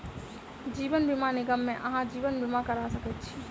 जीवन बीमा निगम मे अहाँ जीवन बीमा करा सकै छी